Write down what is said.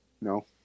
No